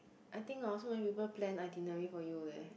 I think orh so many people plan itinerary for you leh